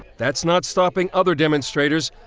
that's not stopping other demonstrators,